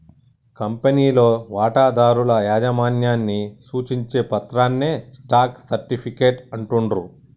కంపెనీలో వాటాదారుల యాజమాన్యాన్ని సూచించే పత్రాన్నే స్టాక్ సర్టిఫికేట్ అంటుండ్రు